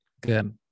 good